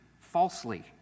falsely